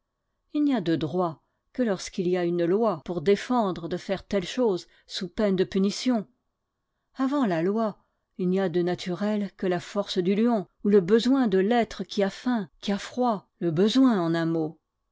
il n'y a de droit que lorsqu'il y a une loi pour défendre de faire telle chose sous peine de punition avant la loi il n'y a de naturel que la force du lion ou le besoin de l'être qui a faim qui a froid le besoin en un mot